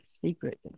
secret